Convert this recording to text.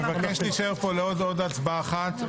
אני מבקש להישאר פה לעוד הצבעה אחת: